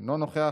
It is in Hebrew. אינו נוכח,